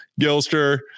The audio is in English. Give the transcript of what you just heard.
gilster